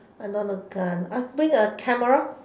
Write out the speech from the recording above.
I don't want the gun I'll bring a camera